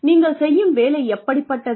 நீங்கள் செய்யும் வேலை எப்படிப்பட்டது